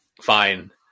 fine